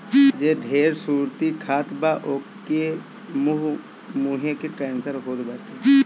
जे ढेर सुरती खात बा ओके के मुंहे के कैंसर होत बाटे